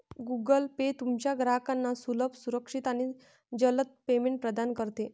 Google Pay तुमच्या ग्राहकांना सुलभ, सुरक्षित आणि जलद पेमेंट प्रदान करते